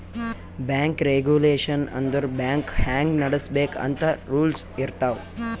bank regulation ಅಂದುರ್ bank ಹ್ಯಾಂಗ್ ನಡುಸ್ಬೇಕ್ ಅಂತ್ ರೂಲ್ಸ್ ಇರ್ತಾವ್